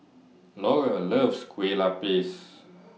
Laura loves Kue Lupis